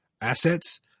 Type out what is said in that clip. assets